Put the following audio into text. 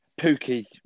Pookie